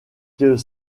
que